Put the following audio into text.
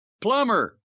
plumber